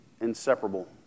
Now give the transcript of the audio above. inseparable